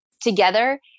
together